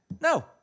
no